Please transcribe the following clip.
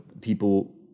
people